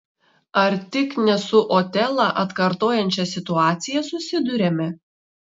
ar tik ne su otelą atkartojančia situacija susiduriame